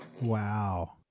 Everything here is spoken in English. Wow